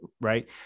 right